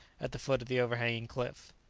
at the foot of the overhanging cliff.